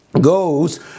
goes